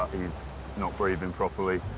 he's not breathing properly.